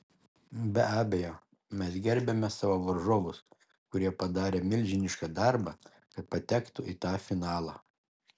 be abejo mes gerbiame savo varžovus kurie padarė milžinišką darbą kad patektų į fa finalą